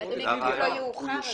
אדוני, כתוב "לא יאוחר".